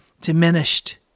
diminished